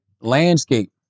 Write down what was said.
landscape